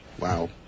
Wow